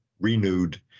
renewed